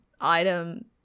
item